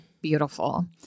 beautiful